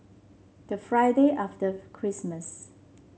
the Friday after Christmas